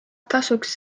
tasuks